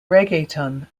reggaeton